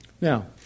Now